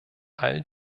all